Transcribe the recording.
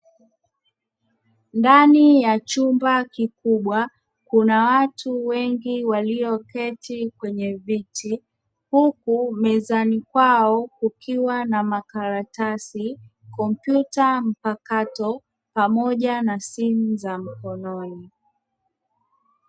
Ndani ya chumba kikubwa kuna watu wengi walioketi kwenye viti, huku mezani kwao kukiwa na makaratasi, kompyuta mpakato pamoja na simu za mkononi.